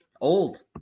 old